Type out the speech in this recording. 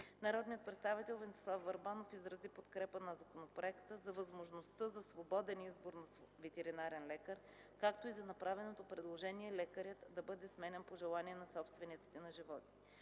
Народният представител Венцислав Върбанов изрази подкрепа за законопроекта, за възможността за свободен избор на ветеринарен лекар, както и за направеното предложение лекарят да бъде сменян по желание на собствениците на животни.